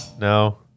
No